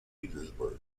petersburg